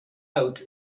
out